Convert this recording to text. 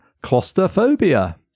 claustrophobia